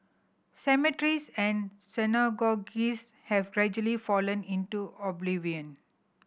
cemeteries and synagogues have gradually fallen into oblivion